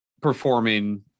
performing